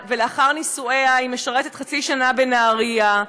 ולאחר נישואיה היא משרתת חצי שנה בנהריה,